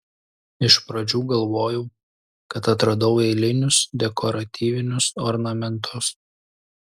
iš pradžių galvojau kad atradau eilinius dekoratyvinius ornamentus